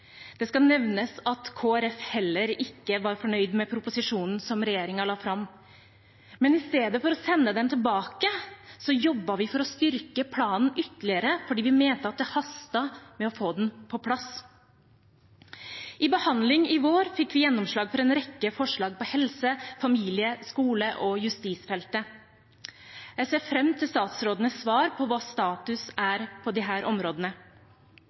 Det skal nevnes at Kristelig Folkeparti heller ikke var fornøyd med proposisjonen som regjeringen la fram. Men i stedet for å sende den tilbake, jobbet vi for å styrke planen ytterligere, fordi vi mente at det hastet med å få den på plass. I behandlingen i vår fikk vi gjennomslag for en rekke forslag på helse-, familie-, skole- og justisfeltet. Jeg ser fram til statsrådenes svar på hva status er på disse områdene.